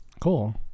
cool